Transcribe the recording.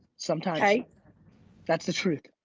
sometimes that's the truth.